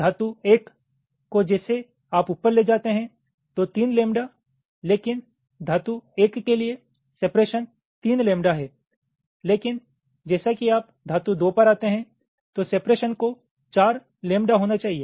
धातु एक को जैसे आप ऊपर ले जाते हैं तो तीन लैम्बडा लेकिन धातु एक के लिए सेपरेशन तीन लैम्बडा है लेकिन जैसा कि आप धातु दो पर आते हैं तो सेपरेशन को चार लैम्बडा होना चाहिए